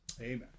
Amen